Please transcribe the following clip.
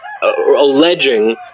alleging